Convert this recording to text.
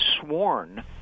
sworn